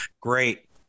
Great